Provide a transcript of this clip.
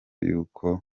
yuko